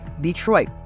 Detroit